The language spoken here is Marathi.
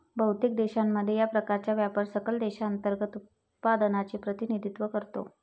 बहुतेक देशांमध्ये, या प्रकारचा व्यापार सकल देशांतर्गत उत्पादनाचे प्रतिनिधित्व करतो